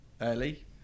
early